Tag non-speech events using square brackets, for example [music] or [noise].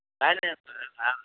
ନାଇଁ ନାଇଁ [unintelligible]